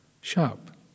sharp